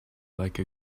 like